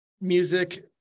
music